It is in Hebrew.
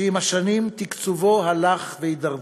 שעם השנים תקצובו הלך והידרדר.